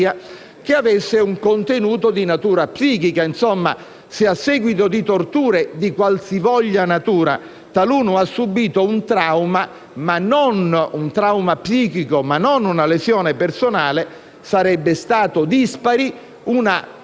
che avesse un contenuto di natura psichica. Se a seguito di torture, di qualsivoglia natura, taluno avesse subìto un trauma psichico ma non una lesione personale sarebbe stata dispari una